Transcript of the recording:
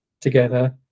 together